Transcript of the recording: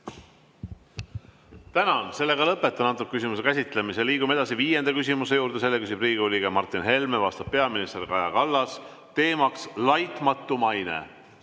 Tänan! Lõpetan selle küsimuse käsitlemise. Liigume edasi viienda küsimuse juurde. Selle küsib Riigikogu liige Martin Helme, vastab peaminister Kaja Kallas, teema on laitmatu maine.